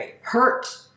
hurt